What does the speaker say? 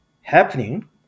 happening